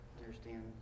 understand